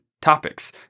topics